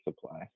Supply